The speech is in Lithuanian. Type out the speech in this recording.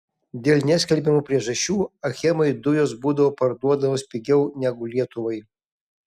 dėl neskelbiamų priežasčių achemai dujos būdavo parduodamos pigiau negu lietuvai